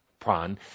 pran